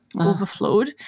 overflowed